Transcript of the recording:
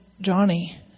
Johnny